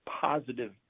positive